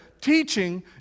teaching